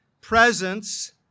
presence